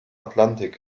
atlantik